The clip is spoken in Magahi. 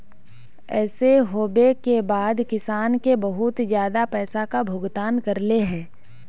ऐसे होबे के बाद किसान के बहुत ज्यादा पैसा का भुगतान करले है?